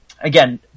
Again